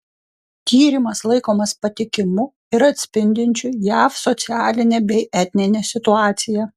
tyrimas laikomas patikimu ir atspindinčiu jav socialinę bei etninę situaciją